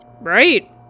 Right